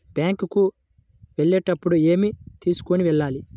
Bank కు వెళ్ళేటప్పుడు ఏమి తీసుకొని వెళ్ళాలి?